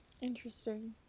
Interesting